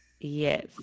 Yes